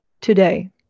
today